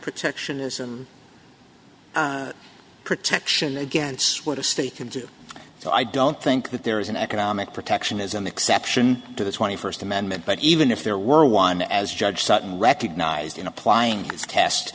protectionism protection against what a state can do so i don't think that there is an economic protectionism exception to the twenty first amendment but even if there were one as judge sutton recognized in applying